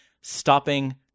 stopping